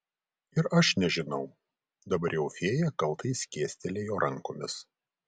ir aš nežinau dabar jau fėja kaltai skėstelėjo rankomis